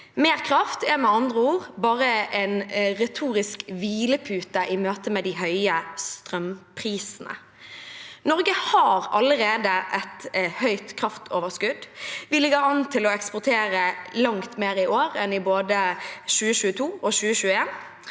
Mer kraft er med andre ord bare en retorisk hvilepute i møte med de høye strømprisene. Norge har allerede et høyt kraftoverskudd. Vi ligger an til å eksportere langt mer i år enn både i 2022 og i 2021.